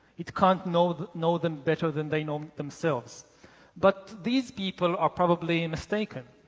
it can't know that know them better than they know themselves but these people are probably mistaken.